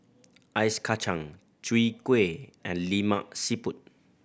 ice kacang Chwee Kueh and Lemak Siput